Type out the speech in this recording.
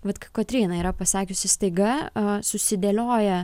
vat kotryna yra pasakiusi staiga susidėlioja